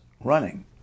running